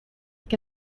que